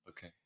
Okay